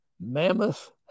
mammoth